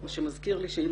זה מזכיר לי שאם